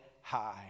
high